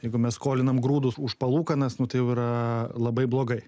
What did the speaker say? jeigu mes skolinam grūdus už palūkanas nu tai jau yra labai blogai